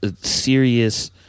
serious